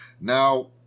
Now